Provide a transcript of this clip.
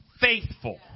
faithful